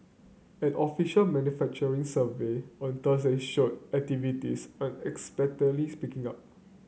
an official manufacturing survey on Thursday showed activities unexpectedly picking up